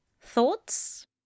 Thoughts